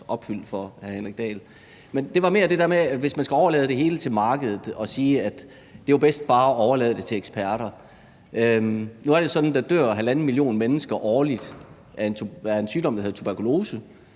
lykkedes for hr. Henrik Dahl. Det er i forhold til det med, at man skal overlade det hele til markedet og sige, at det er bedst bare at overlade det til eksperter. Nu er det sådan, at der dør halvanden million mennesker årligt af en sygdom, der hedder tuberkulose